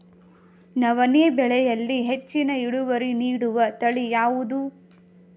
ನವಣೆ ಬೆಳೆಯಲ್ಲಿ ಹೆಚ್ಚಿನ ಇಳುವರಿ ನೀಡುವ ತಳಿ ಯಾವುದು?